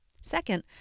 Second